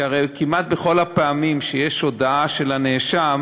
כי הרי כמעט בכל הפעמים כשיש הודאה של הנאשם,